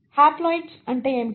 haploids అంటే ఏమిటి